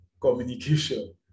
communication